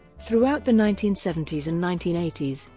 throughout the nineteen seventy s and nineteen eighty s,